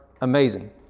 amazing